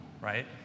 right